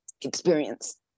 experience